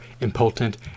impotent